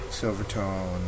Silvertone